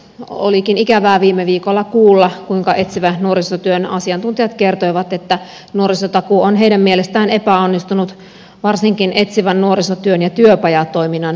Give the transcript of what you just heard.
olikin ikävää viime viikolla kuulla kuinka etsivän nuorisotyön asiantuntijat kertoivat että nuorisotakuu on heidän mielestään epäonnistunut varsinkin etsivän nuorisotyön ja työpajatoiminnan näkökulmasta